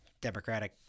Democratic